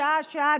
שעה-שעה,